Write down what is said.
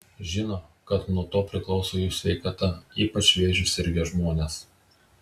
žino kad nuo to priklauso jų sveikata ypač vėžiu sirgę žmonės